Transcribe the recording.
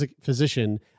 physician